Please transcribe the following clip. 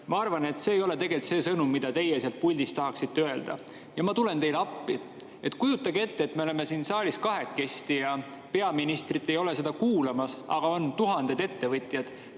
ma arvan, et see ei ole tegelikult see sõnum, mida teie sealt puldist tahaksite öelda. Ma tulen teile appi. Kujutage ette, et me oleme siin saalis kahekesi ja peaminister ei ole kuulamas, aga tuhanded ettevõtjad